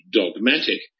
dogmatic